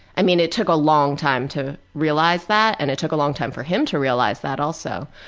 i mean it took a long time to realize that. and it took a long time for him to realize that also.